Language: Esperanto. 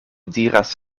diras